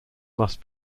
must